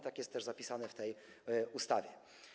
Tak jest też zapisane w tej ustawie.